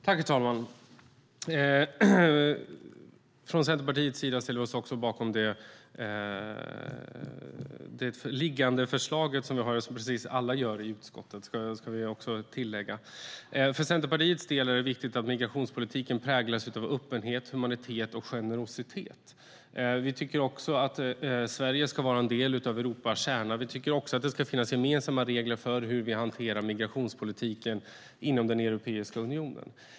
Herr talman! Vi från Centerpartiets sida ställer oss också bakom det liggande förslaget - jag ska tillägga att det gör alla i utskottet. För Centerpartiets del är det viktigt att migrationspolitiken präglas av öppenhet, humanitet och generositet. Vi tycker att Sverige ska vara en del av Europas kärna. Vi tycker också att det ska finnas gemensamma regler för hur vi hanterar migrationspolitiken inom Europeiska unionen.